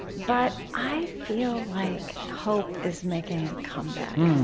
but i feel like hope is making a comeback.